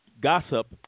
gossip